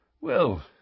Well